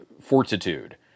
fortitude